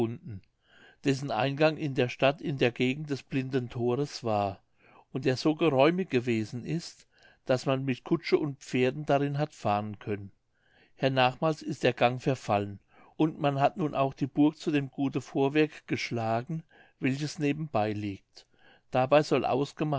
dessen eingang in der stadt in der gegend des blinden thores war und der so geräumig gewesen ist daß man mit kutsche und pferden darin hat fahren können hernachmals ist der gang verfallen und man hat nun auch die burg zu dem gute vorwerk geschlagen welches nahebei liegt dabei soll